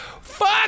fuck